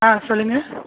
ஆ சொல்லுங்கள்